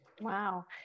Wow